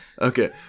Okay